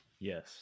Yes